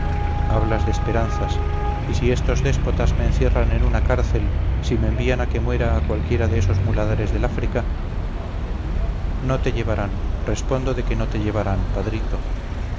hablas de esperanzas y si estos déspotas me encierran en una cárcel si me envían a que muera a cualquiera de esos muladares del áfrica no te llevarán respondo de que no te llevarán padrito